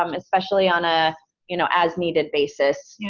um especially on a you know as-needed basis, yeah